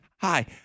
hi